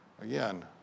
again